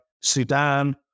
Sudan